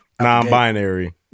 Non-binary